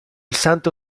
santo